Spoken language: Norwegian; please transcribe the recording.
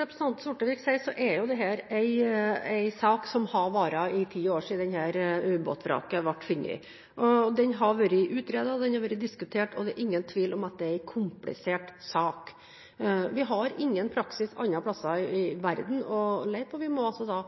representanten Sortevik sier, er jo dette en sak som har vart i ti år, siden ubåtvraket ble funnet. Den har vært utredet, den har vært diskutert, og det er ingen tvil om at det er en komplisert sak. Vi har ingen praksis andre plasser i verden å se til, og vi må da altså